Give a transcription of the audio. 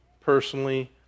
personally